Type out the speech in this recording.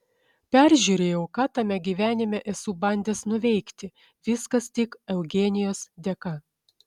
peržiūrėjau ką tame gyvenime esu bandęs nuveikti viskas tik eugenijos dėka